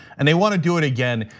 and they want to do it again,